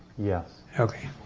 yes. okay.